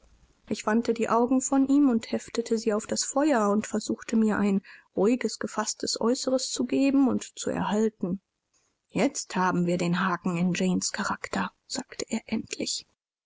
ich wandte die augen von ihm und heftete sie auf das feuer und versuchte mir ein ruhiges gefaßtes äußeres zu geben und zu erhalten jetzt haben wir den haken in janes charakter sagte er endlich